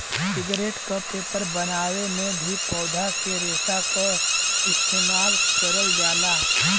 cigarette क paper बनावे में भी पौधा के रेशा क इस्तेमाल करल जाला